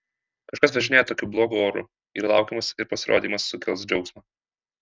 kažkas važinėja tokiu blogu oru yra laukiamas ir pasirodymas sukels džiaugsmą